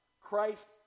Christ